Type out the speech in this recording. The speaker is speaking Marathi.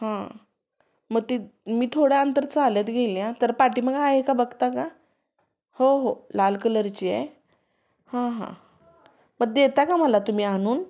मग ती मी थोड्या अंतर चालत गेल्या तर पाठीमागं आहे का बघता का हो हो लाल कलरची आहे हां हां मग देता का मला तुम्ही आणून